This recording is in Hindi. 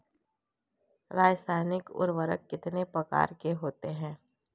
रासायनिक उर्वरक कितने प्रकार के होते हैं?